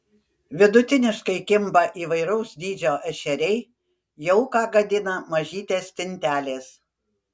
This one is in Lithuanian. vidutiniškai kimba įvairaus dydžio ešeriai jauką gadina mažytės stintelės